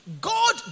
God